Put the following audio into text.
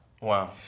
Wow